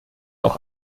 auch